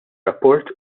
rapport